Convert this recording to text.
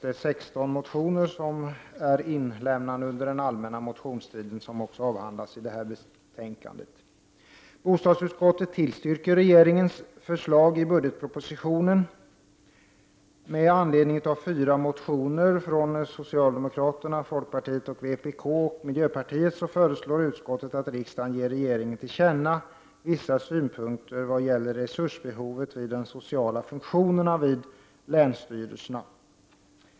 Även 16 motioner som har väckts under den allmänna motionstiden behandlas i detta betänkande. Bostadsutskottet tillstyrker regeringens förslag i budgetpropositionen. Med anledning av fyra motioner från socialdemokraterna, folkpartiet, vpk och miljöpartiet föreslår utskottet att riksdagen ger regeringen till känna vissa synpunkter vad gäller resursbehovet vid de sociala funktionerna vid länsstyrelserna.